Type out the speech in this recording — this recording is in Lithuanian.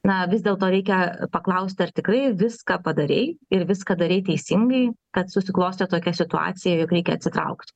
na vis dėlto reikia paklausti ar tikrai viską padarei ir viską darei teisingai kad susiklostė tokia situacija jog reikia atsitraukti